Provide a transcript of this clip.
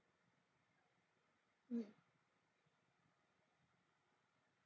mm